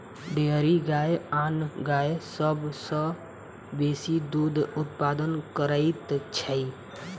dairy गाय आन गाय सभ सॅ बेसी दूध उत्पादन करैत छै